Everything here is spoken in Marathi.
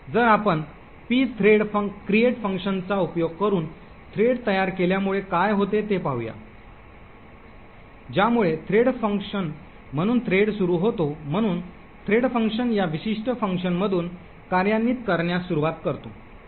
तर आपण pthread create फंक्शनचा उपयोग करून थ्रेड तयार केल्यामुळे काय होते ते पाहूया ज्यामुळे threadfunc म्हणून थ्रेड सुरू होतो म्हणून threadfunc या विशिष्ट फंक्शनमधून कार्यान्वित करण्यास सुरवात करतो